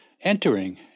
entering